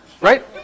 Right